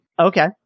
Okay